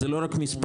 זה לא רק מספרים,